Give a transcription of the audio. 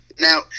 Now